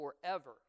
forever